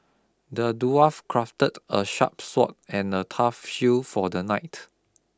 the dwarf crafted a sharp sword and a tough shield for the knight